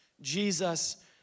Jesus